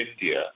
India